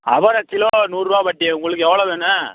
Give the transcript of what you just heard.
அவரை கிலோ நூறுருபா பாட்டி உங்களுக்கு எவ்வளோ வேணும்